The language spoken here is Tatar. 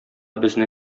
безне